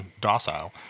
docile